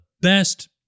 best